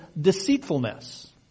deceitfulness